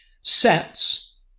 sets